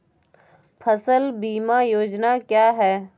फसल बीमा योजना क्या है?